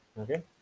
Okay